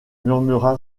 murmura